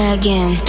again